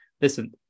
Listen